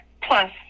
plus